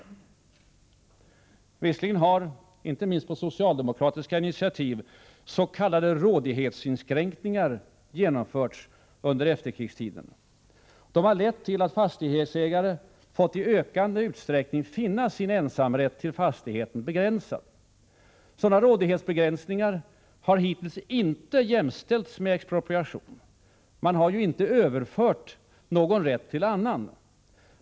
Visserligen har inte minst på socialdemokratiskt initiativ s.k. rådighetsinskränkningar genomförts under efterkrigstiden. Det har lett till att fastighetsägare i ökande utsträckning fått finna sin ensamrätt till fastigheten begränsad. Sådana rådighetsinskränkningar har hittills inte jämställts med expropriation. Man har ju inte överfört någon rätt till annan.